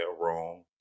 wrong